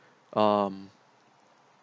um